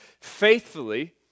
faithfully